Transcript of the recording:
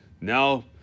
now